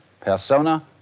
persona